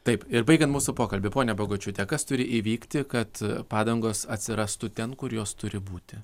taip ir baigian mūsų pokalbį ponia bagočiūte kas turi įvykti kad padangos atsirastų ten kur jos turi būti